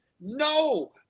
No